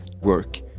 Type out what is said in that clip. work